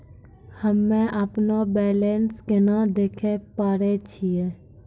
हम्मे अपनो बैलेंस केना देखे पारे छियै?